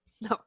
no